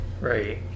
Right